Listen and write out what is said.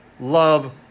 love